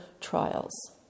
trials